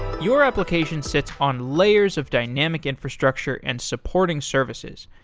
your application sits on layers of dynamic infrastructure and supporting services.